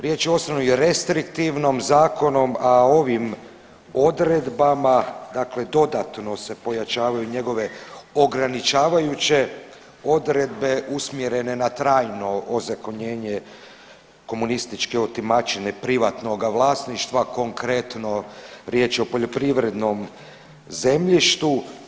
Riječ je u osnovi u restriktivnom zakonom, a ovim odredbama dakle dodatno se pojačavaju njegove ograničavajuće odredbe usmjerene na trajno ozakonjenje komunističke otimačine privatnoga vlasništva konkretno riječ je o poljoprivrednom zemljištu.